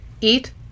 eat